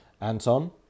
Anton